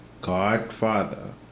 godfather